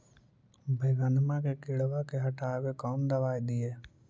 बैगनमा के किड़बा के हटाबे कौन दवाई दीए?